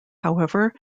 however